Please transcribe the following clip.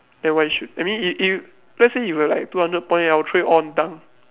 and why shoot I mean if if you let's say you have like two hundred point oh train all dunk